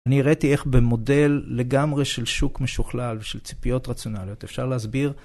אני הראיתי איך במודל לגמרי של שוק משוכלל ושל ציפיות רציונליות, אפשר להסביר.